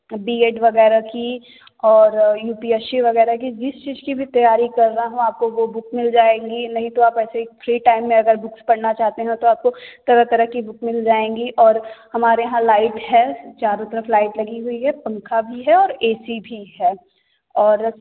BEd वगैरह की और यू पी एस सी वगैरह की जिस चीज की भी तैयारी कर रहा हो आपको वो बुक मिल जाएँगी नहीं तो आप ऐसे ही फ्री टाइम में अगर बुक्स पढ़ना चाहते हैं तो आपको तरह तरह की बुक मिल जाएँगी और हमारे यहाँ लाइट है चरों तरफ लाइट लगी हुई है पंखा भी है और ए सी भी है और